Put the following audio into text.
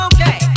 Okay